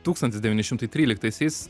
tūkstantis devyni šimtai tryliktaisiais